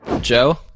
Joe